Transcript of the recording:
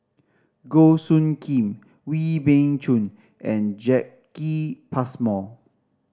Goh Soo Khim Wee Beng Chong and Jacki Passmore